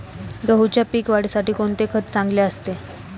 गहूच्या पीक वाढीसाठी कोणते खत चांगले असते?